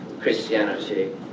Christianity